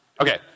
Okay